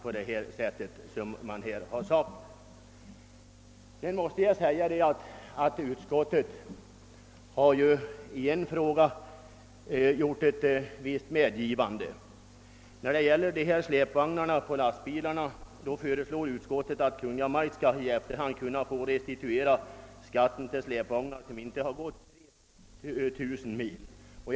Jag måste säga att utskottet i en fråga gjort ett visst medgivande. När det gäller beskattningen av släpvagnar förslår utskottet att Kung. Maj:t i efterhand få möjlighet att restituera skatten beträffande släpvagnar som inte körts mer än 3 000 mil årligen.